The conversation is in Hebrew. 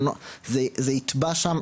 זה יטבע שם,